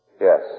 Yes